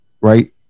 right